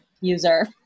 user